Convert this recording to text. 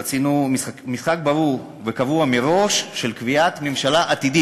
רצינו משחק ברור וקבוע מראש של קביעת ממשלה עתידית.